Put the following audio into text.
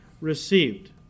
received